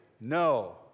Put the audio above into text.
no